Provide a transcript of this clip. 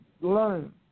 learn